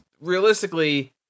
Realistically